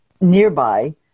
nearby